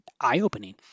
eye-opening